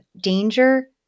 danger